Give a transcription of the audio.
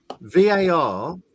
VAR